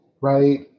right